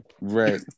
right